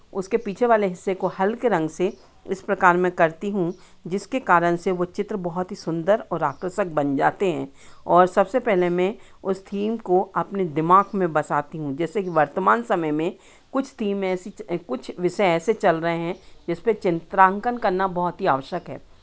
उसके पीछे वाले हिस्से को हल्के रंग से इस प्रकार मैं करती हूँ जिसके कारण से वो चित्र बहुत ही सुंदर और आकर्षक बन जाते हैं और सबसे पहले मैं उस थीम को अपने दिमाग में बसाती हूँ जैसे कि वर्तमान समय में कुछ थीम ऐसी कुछ विषय ऐसे चल रहे हैं जिसपे चित्रांकन करना बहुत ही आवश्यक है